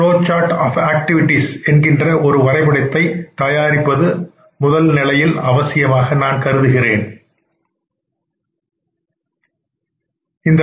flow chart என்கின்றஒரு வரைபடத்தை தயாரித்தல் அவசியமாகும்